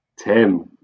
Tim